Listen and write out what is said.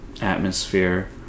atmosphere